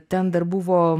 ten dar buvo